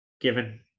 given